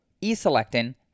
E-selectin